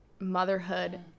motherhood